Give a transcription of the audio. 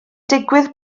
digwydd